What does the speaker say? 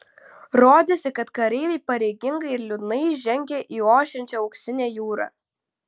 rodėsi kad kareiviai pareigingai ir liūdnai žengia į ošiančią auksinę jūrą